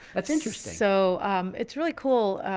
that's interest. so it's really cool.